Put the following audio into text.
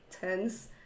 tense